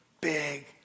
Big